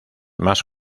más